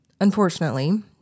Unfortunately